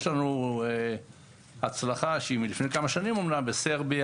יש לנו הצלחה שהיא מלפני כמה שנים אמנם בסרביה,